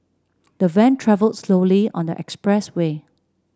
the van travelled slowly on the expressway